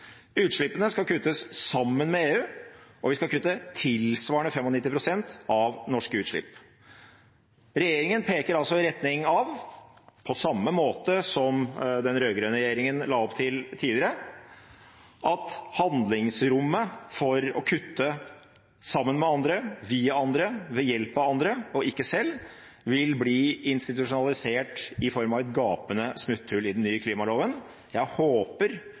Utslippene skal kuttes sammen med EU, og vi skal kutte tilsvarende 95 pst. av norske utslipp. Regjeringen peker altså i retning av, på samme måte som den rød-grønne regjeringen la opp til tidligere, at handlingsrommet for å kutte sammen med andre, via andre, ved hjelp av andre og ikke selv, vil bli institusjonalisert i form av et gapende smutthull i den nye klimaloven. Jeg håper